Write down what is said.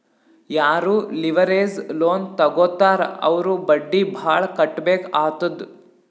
ಯಾರೂ leverage loan ತಗೋತ್ತಾರ್ ಅವ್ರು ಬಡ್ಡಿ ಭಾಳ್ ಕಟ್ಟಬೇಕ್ ಆತ್ತುದ್